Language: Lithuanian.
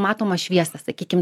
matomą šviesą sakykim